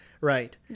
right